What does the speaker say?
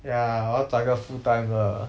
ya 我要找一个 full time 的